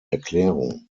erklärung